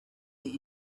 the